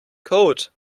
code